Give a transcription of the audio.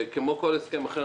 כמו כל הסכם אחר,